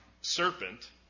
Serpent